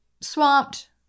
swamped